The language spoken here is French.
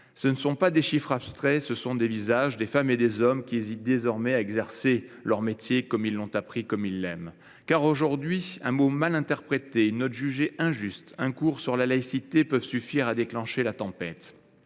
Ce ne sont pas des chiffres abstraits : ce sont des visages, ce sont des femmes et des hommes qui hésitent désormais à exercer leur métier comme ils l’ont appris et comme ils l’aiment. En effet, à l’heure actuelle, un mot mal interprété, une note jugée injuste ou un cours sur la laïcité peuvent suffire à déclencher la tempête.